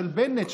של בנט,